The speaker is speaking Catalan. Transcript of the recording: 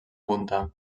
punta